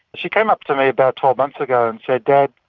she came up to me about twelve months ago and said, dad,